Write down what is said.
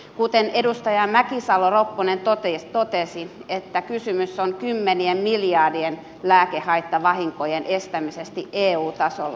kuten edustaja mäkisalo ropponen totesi kysymys on kymmenien miljardien lääkehaittavahinkojen estämisestä eu tasolla